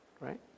right